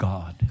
God